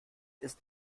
ist